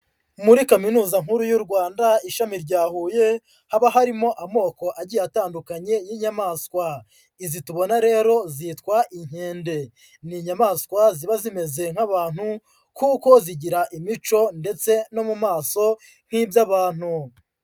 Muri Kaminuza nkuru y'u Rwanda ishami rya Huye, haba harimo amoko agiye atandukanye y'inyamaswa, izi tubona rero zitwa inkende. Ni inyamaswa ziba zimeze nk'abantu kuko zigira imico ndetse no mu maso nk'iby'abantu.